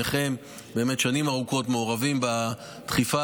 שניכם באמת שנים ארוכות מעורבים בדחיפה